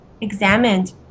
examined